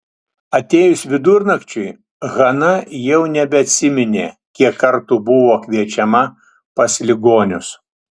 atėjus vidurnakčiui hana jau nebeatsiminė kiek kartų buvo kviečiama pas ligonius